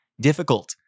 difficult